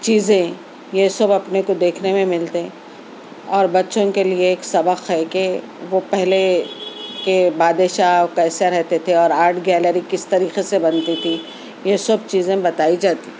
چیزیں یہ سب اپنے کو دیکھنے میں ملتے ہیں اور بچوں کے لئے ایک سبق ہے کہ وہ پہلے کے بادشاہ کیسے رہتے تھے اور آرٹ گیلری کس طریقے سے بنتی تھی یہ سب چیزیں بتائی جاتی